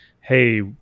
hey